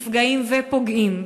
נפגעים ופוגעים,